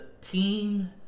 team